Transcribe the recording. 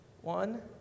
One